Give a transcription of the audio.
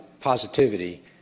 positivity